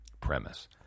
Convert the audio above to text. premise